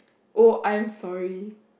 oh I'm sorry